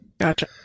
Gotcha